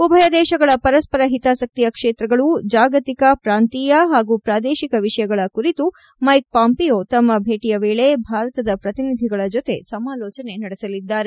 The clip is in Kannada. ಉಭಯ ದೇಶಗಳ ಪರಸ್ಪರ ಹಿತಾಸಕ್ತಿಯ ಕ್ಷೇತ್ರಗಳು ಜಾಗತಿಕ ಪ್ರಾಂತೀಯ ಹಾಗೂ ಪ್ರಾದೇಶಿಕ ವಿಷಯಗಳ ಕುರಿತು ಮೈಕ್ ಪಾಂಪಿಯೊ ತಮ್ಮ ಭೇಟಿಯ ವೇಳೆ ಭಾರತದ ಪ್ರತಿನಿಧಿಗಳ ಜತೆ ಸಮಾಲೋಚನೆ ನಡೆಸಲಿದ್ದಾರೆ